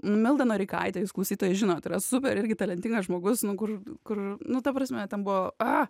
milda noreikaitė jūs klausytojai žinot yra super irgi talentingas žmogus nu kur kur nu ta prasme ten buvo a